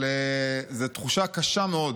אבל זו תחושה קשה מאוד